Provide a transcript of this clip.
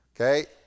Okay